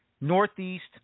northeast